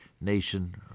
nation